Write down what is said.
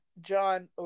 John